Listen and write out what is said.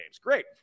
Great